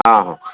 ହଁ ହଁ